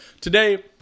Today